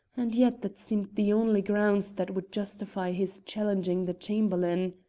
and yet that seemed the only grounds that would justify his challenging the chamberlain.